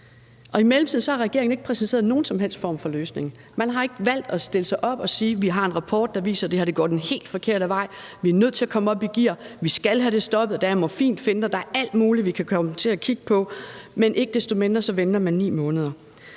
I mellemtiden har regeringen ikke præsenteret nogen som helst form for løsning. Man har ikke valgt at stille sig op og sige: Vi har en rapport, der viser, at det her går den helt forkerte vej; vi er nødt til at komme op i gear; vi skal have det stoppet, der ermorfinfinter, der er alt muligt, vi kan komme til at kigge på. Men ikke desto mindre venter man 9 måneder.